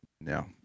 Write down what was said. no